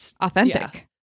authentic